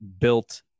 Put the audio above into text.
built